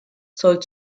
soll